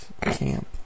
camp